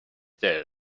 there